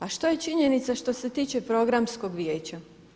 A što je činjenica što se tiče Programskog vijeća?